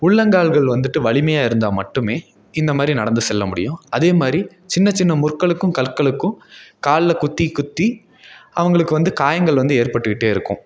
உள்ளங்கால்கள் வந்துவிட்டு வலிமையாக இருந்தா மட்டுமே இந்தமாதிரி நடந்து செல்ல முடியும் அதேமாதிரி சின்ன சின்ன முற்களுக்கும் கற்களுக்கும் கால்ல குத்தி குத்தி அவங்களுக்கு வந்து காயங்கள் வந்து ஏற்பட்டுக்கிட்டே இருக்கும்